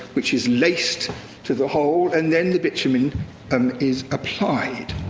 which is laced to the hole, and then the bitumen um is applied.